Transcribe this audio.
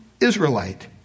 Israelite